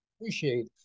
appreciate